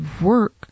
work